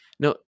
No